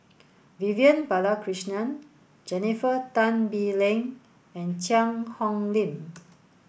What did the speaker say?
Vivian Balakrishnan Jennifer Tan Bee Leng and Cheang Hong Lim